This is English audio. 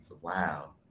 wow